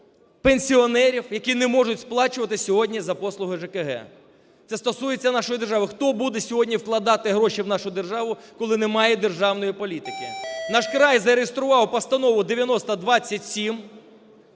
пенсіонерів, які не можуть сплачувати сьогодні за послуги ЖКГ. Це стосується нашої держави. Хто буде сьогодні вкладати гроші в нашу державу, коли немає державної політики? "Наш край" зареєстрував Постанову 9027.